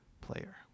player